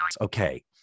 Okay